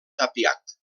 tapiat